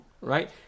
right